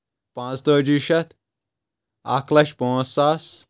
پانٛژتٲجی شیٚتھ اکھ لچھ پانٛژھ ساس